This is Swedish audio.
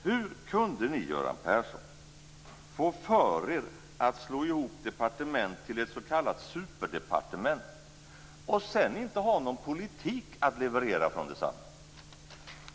Hur kunde ni, Göran Persson, få för er att slå ihop departement till ett s.k. superdepartement och sedan inte ha någon politik att leverera från detsamma?